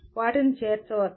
వాటిని చేర్చవచ్చా